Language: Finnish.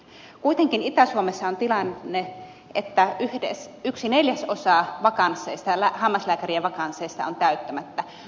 kuitenkin itä suomessa on tilanne että yksi neljäsosa hammaslääkärien vakansseista on täyttämättä